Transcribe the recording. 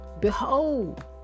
behold